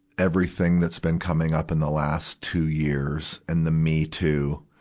everything that's been coming up in the last two years and the me too,